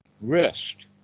wrist